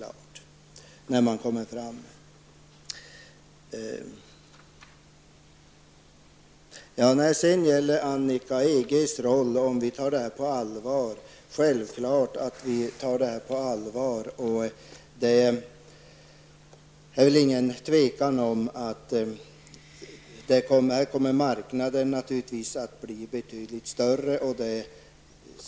Annika Åhnberg frågade om EGs roll och om vi tar detta på allvar. Självfallet tar vi det på allvar. Det råder inget tvivel om att marknaden kommer att bli betydligt större.